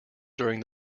during